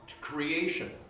creation